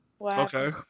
Okay